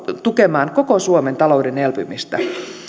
tukemaan koko suomen talouden elpymistä